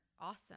awesome